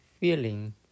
feeling